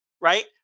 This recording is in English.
right